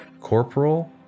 corporal